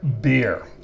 beer